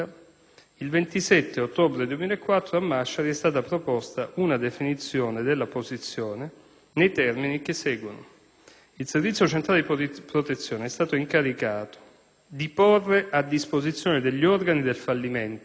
il 27 ottobre 2004 a Masciari è stata proposta una definizione della posizione nei termini che seguono: il Servizio centrale di protezione è stato incaricato di porre a disposizione degli organi del fallimento